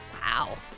Wow